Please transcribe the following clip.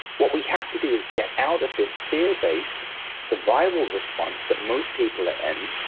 what we have to do is get out of this fear based survival response that most people are in,